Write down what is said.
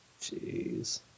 Jeez